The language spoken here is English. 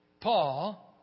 Paul